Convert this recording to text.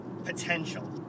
Potential